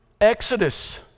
Exodus